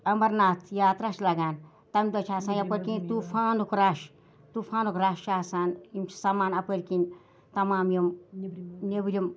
اَمَرناتھ یاترا چھِ لَگان تمہِ دۄہ چھُ آسان یَپٲرۍ کِنۍ طوٗفانُک رَش طوٗفانُک رَش چھُ آسان یِم چھِ سَمان اَپٲرۍ کِنۍ تَمام یِم نیٚبرِم